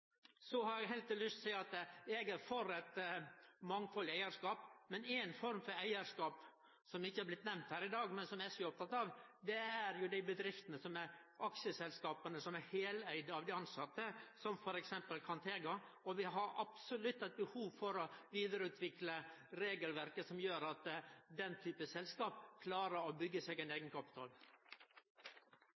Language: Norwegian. har eg lyst til å seie at eg er for eit mangfaldig eigarskap. Ei form for eigarskap som ikkje har blitt nemnt her i dag, men som SV er opptatt av, er dei bedriftene, dei aksjeselskapa, som er heileigde av dei tilsette, som f. eks. Kantega. Vi har absolutt eit behov for å vidareutvikle regelverket, slik at den typen selskap klarar å bygge seg